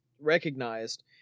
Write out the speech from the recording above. recognized